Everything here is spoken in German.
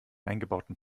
eingebauten